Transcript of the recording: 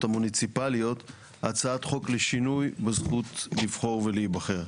המוניציפליות הצעת חוק לשינוי בזכות לבחור ולהיבחר.